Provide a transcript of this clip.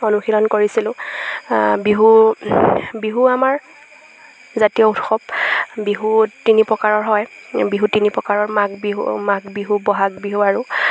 অনুশীলন কৰিছিলোঁ বিহু বিহু আমাৰ জাতীয় উৎসৱ বিহু তিনি প্ৰকাৰৰ হয় বিহু তিনি প্ৰকাৰৰ মাঘ বিহু মাঘ বিহু বহাগ বিহু আৰু